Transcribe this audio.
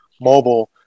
mobile